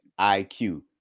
IQ